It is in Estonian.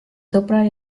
sõbrad